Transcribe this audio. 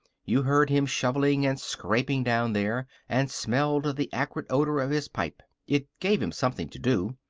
you heard him shoveling and scraping down there, and smelled the acrid odor of his pipe. it gave him something to do.